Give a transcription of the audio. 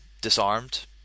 disarmed